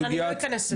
אני לא איכנס לזה.